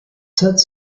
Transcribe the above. third